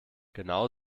genau